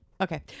Okay